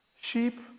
Sheep